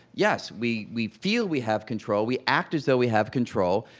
yes, we we feel we have control, we act as though we have control.